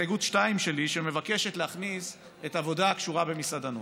שלי, שמבקשת להכניס את העבודה הקשורה במסעדנות.